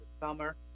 summer